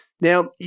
Now